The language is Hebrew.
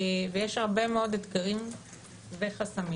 ויש הרבה מאוד אתגרים וחסמים.